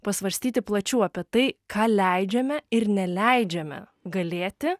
pasvarstyti plačiau apie tai ką leidžiame ir neleidžiame galėti